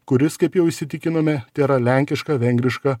kuris kaip jau įsitikinome tėra lenkiška vengriška